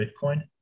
Bitcoin